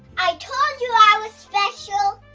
i told you i was special.